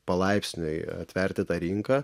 palaipsniui atverti tą rinką